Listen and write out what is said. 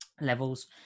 levels